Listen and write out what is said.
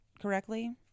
correctly